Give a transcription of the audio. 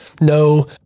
No